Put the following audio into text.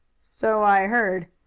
so i heard.